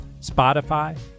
Spotify